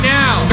now